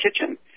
Kitchen